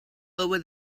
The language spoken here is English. over